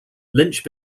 lynch